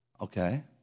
Okay